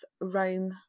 Rome